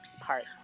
parts